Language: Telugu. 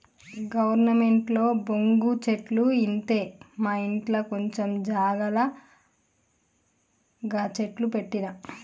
గవర్నమెంటోళ్లు బొంగు చెట్లు ఇత్తె మాఇంట్ల కొంచం జాగల గ చెట్లు పెట్టిన